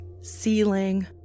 ceiling